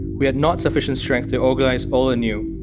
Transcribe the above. we had not sufficient strength to organize all anew.